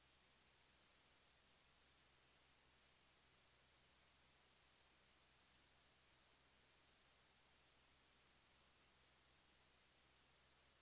Jag nöjer mig härmed med att yrka bifall till reservationerna 2 och 6, men står självfallet bakom även våra övriga reservationer.